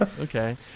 okay